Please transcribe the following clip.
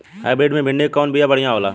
Hybrid मे भिंडी क कवन बिया बढ़ियां होला?